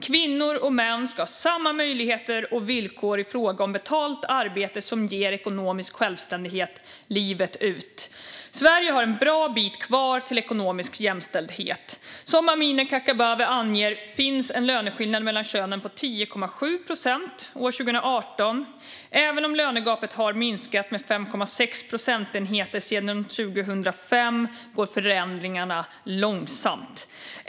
Kvinnor och män ska ha samma möjligheter och villkor i fråga om betalt arbete som ger ekonomisk självständighet livet ut. Sverige har en bra bit kvar till ekonomisk jämställdhet. Som Amineh Kakabaveh anger var det en löneskillnad mellan könen på 10,7 procent 2018. Även om lönegapet har minskat med 5,6 procentenheter sedan 2005 går förändringarna långsamt.